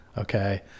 Okay